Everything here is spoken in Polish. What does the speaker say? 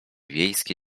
wiejskie